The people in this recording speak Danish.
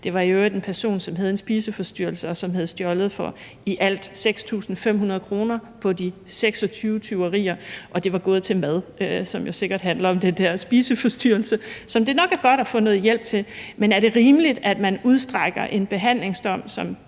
Det var i øvrigt en person, som havde en spiseforstyrrelse, og som havde stjålet for i alt 6.500 kr. ved de 26 tyverier, og det var gået til mad, som jo sikkert handler om den der spiseforstyrrelse, som det nok er godt at få noget hjælp til. Men er det rimeligt, at man udstrækker en behandlingsdom, som